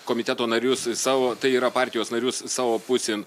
komiteto narius į savo tai yra partijos narius savo pusėn